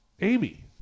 Amy